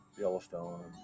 Yellowstone